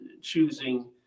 choosing